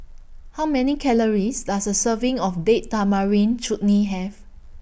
How Many Calories Does A Serving of Date Tamarind Chutney Have